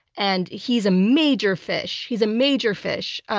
and he's a major fish. he's a major fish.